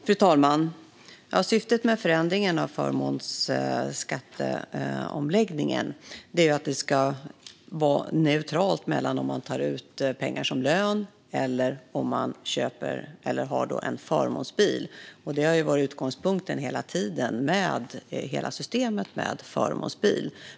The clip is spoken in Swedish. Fru talman! Syftet med förmånsskatteomläggningen är att det ska vara neutralt mellan att ta ut pengar som lön och att ha en förmånsbil. Det har hela tiden varit utgångspunkten för hela systemet med förmånsbil.